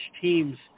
teams